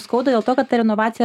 skauda dėl to kad ta renovacija